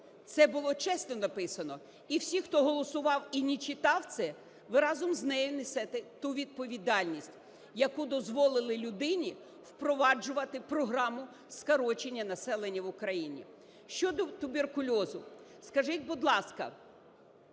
Це було чесно написано, і всі, хто голосував і не читав це, ви разом з нею несете ту відповідальність, яку дозволили людині впроваджувати програму скорочення населення в Україні. Щодо туберкульозу. Скажіть, будь ласка,